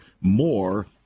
More